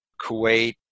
Kuwait